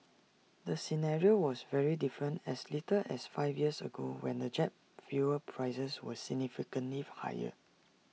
the scenario was very different as little as five years ago when the jet fuel prices were significantly higher